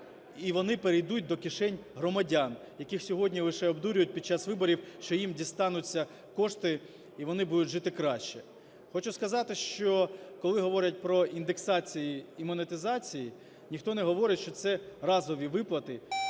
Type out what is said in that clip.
і вони перейдуть до кишень громадян, яких сьогодні лише обдурюють під час виборів, що їм дістануться кошти і вони будуть жити краще. Хочу сказати, що коли говорять про індексації і монетизації, ніхто не говорить, що це разові виплати,